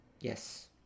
Yes